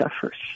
suffers